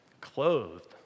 clothed